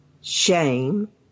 Shame